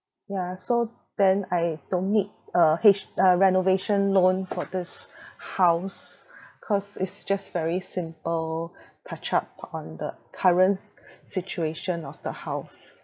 ya so then I don't need a H a renovation loan for this house cause it's just very simple touch up on the current situation of the house